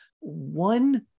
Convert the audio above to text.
one